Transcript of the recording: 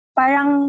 parang